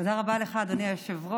תודה רבה לך, אדוני היושב-ראש.